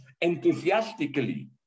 enthusiastically